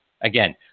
Again